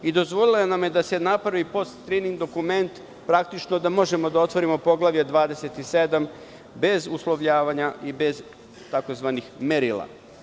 Naime, dozvolila nam je da se napravi postskrining dokument, praktično, da možemo da otvorimo Poglavlje 27, bez uslovljavanja i bez tzv. merila.